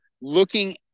looking